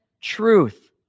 truth